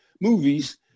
movies